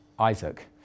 Isaac